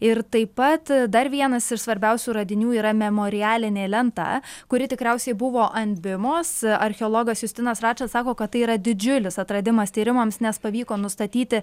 ir taip pat dar vienas iš svarbiausių radinių yra memorialinė lenta kuri tikriausiai buvo ant bimos archeologas justinas račas sako kad tai yra didžiulis atradimas tyrimams nes pavyko nustatyti